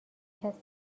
کسی